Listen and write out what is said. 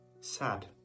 sad